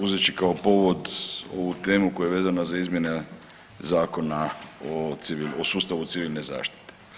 Uzet ću kao povod ovu temu koja je vezana za izmjene Zakona o sustavu civilne zaštite.